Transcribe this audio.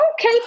Okay